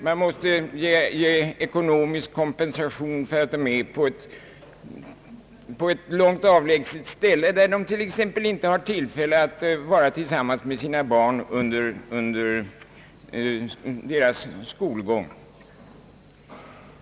Man måste ge ekonomisk kompensation för tjänstgöring på avlägsna orter, där det t.ex. inte ges möjlighet för befattningshavaren att få vara tillsammans med sina barn under deras skolgång.